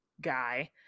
guy